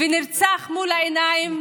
ונרצח מול העיניים,